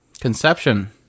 Conception